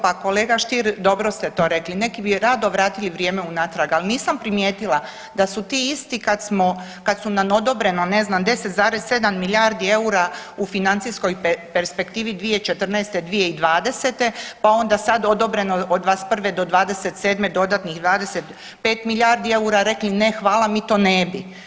Pa kolega Stier, dobro ste to rekli, neki bi rado vratili vrijeme unatrag, al nisam primijetila da su ti isti kad smo, kad su nam odobreno ne znam 10,7 milijardi eura u financijskoj perspektivi 2014.-2020., pa onda sad odobreno od '21. do '27. dodatnih 25 milijardi eura rekli ne hvala mi to ne bi.